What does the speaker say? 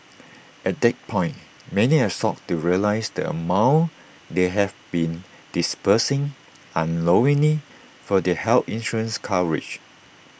at that point many are shocked to realise the amount they have been disbursing unknowingly for their health insurance coverage